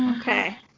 Okay